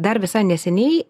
dar visai neseniai